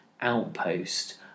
outpost